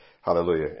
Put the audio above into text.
hallelujah